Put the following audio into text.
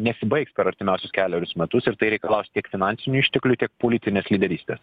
nesibaigs per artimiausius kelerius metus ir tai reikalaus tiek finansinių išteklių tiek politinės lyderystės